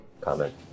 comment